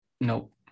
Nope